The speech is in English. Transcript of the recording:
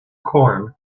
corn